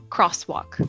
Crosswalk